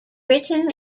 written